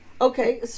okay